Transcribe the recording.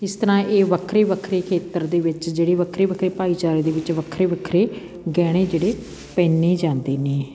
ਇਸ ਤਰਾਂ ਇਹ ਵੱਖਰੇ ਵੱਖਰੇ ਖੇਤਰ ਦੇ ਵਿੱਚ ਜਿਹੜੇ ਵੱਖਰੇ ਵੱਖਰੇ ਭਾਈਚਾਰੇ ਦੇ ਵਿੱਚ ਵੱਖਰੇ ਵੱਖਰੇ ਗਹਿਣੇ ਜਿਹੜੇ ਪਹਿਨੇ ਜਾਂਦੇ ਨੇ